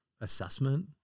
assessment